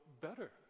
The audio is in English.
better